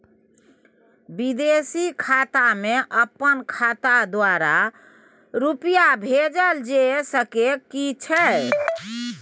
विदेशी खाता में अपन खाता द्वारा रुपिया भेजल जे सके छै की?